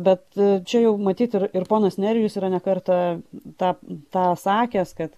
bet čia jau matyt ir ir ponas nerijus yra ne kartą tą tą sakęs kad